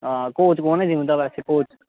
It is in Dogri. कोच कुन्न ऐ बैसे जिम दा कोच